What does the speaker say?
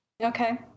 Okay